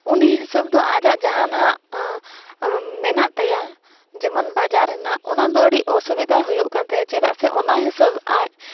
ᱩᱱᱤ ᱦᱤᱥᱟᱹᱵᱽᱫᱚ ᱟᱡᱟᱜ ᱡᱟᱦᱟᱱᱟᱜ ᱢᱮᱱᱟᱜ ᱛᱟᱭᱟ ᱡᱮᱢᱚᱱ ᱵᱟᱡᱟᱨ ᱨᱮᱱᱟᱜ ᱚᱱᱟᱫᱚ ᱟᱹᱰᱤ ᱚᱥᱩᱵᱤᱫᱷᱟ ᱦᱩᱭᱩᱜ ᱠᱟᱱ ᱛᱟᱭᱟ ᱪᱮᱫᱟᱜ ᱥᱮ ᱚᱱᱟ ᱦᱤᱥᱟᱹᱵᱽ ᱟᱡ